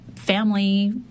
family